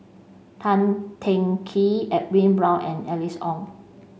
Tan Teng Kee Edwin Brown and Alice Ong